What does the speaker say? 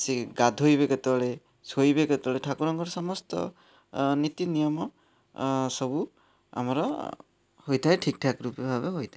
ସେ ଗାଧୋଇବେ କେତେବେଳେ ଶୋଇବେ କେତେବେଳେ ଠାକୁରଙ୍କର ସମସ୍ତ ନିତି ନିୟମ ସବୁ ଆମର ହୋଇଥାଏ ଠିକ୍ଠାକ୍ ରୂପେ ଭାବେ ହୋଇଥାଏ